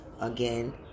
again